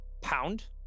pound